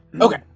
Okay